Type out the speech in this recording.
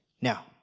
Now